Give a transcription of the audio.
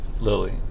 Lily